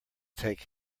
take